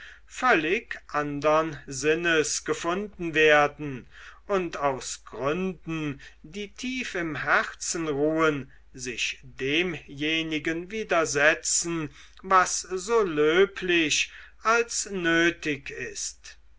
völlig andern sinnes gefunden werden und aus gründen die tief im herzen ruhen sich demjenigen widersetzen was so löblich als nötig ist